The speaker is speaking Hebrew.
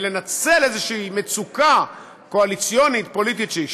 לנצל איזושהי מצוקה קואליציונית פוליטית שיש,